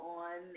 on